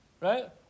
Right